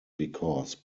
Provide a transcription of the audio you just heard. because